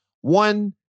One